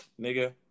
nigga